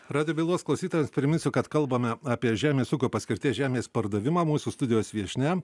radijo bylos klausytojas priminsiu kad kalbame apie žemės ūkio paskirties žemės pardavimą mūsų studijos viešnia